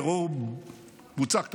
טרור קבוצה קטנה.